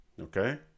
Okay